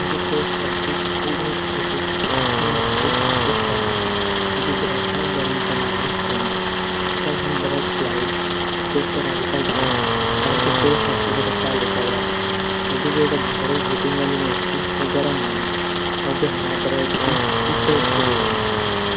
जू टोस्टर च एक छुटू इलेक्ट्रिक उपकरण च जू ब्रेड थै गर्म कनै तै हूंदू। जब हम ब्रेड स्लाइड टोस्टर का भितर डलदा। और जू टोस्टर च वेथे चालू करदा। त वेका भितरा हिटिंग ऐलीमैंट च वा गर्म होंदी और जू हमर ब्रेड च ऊ टोस्ट ह्वे जांदू ।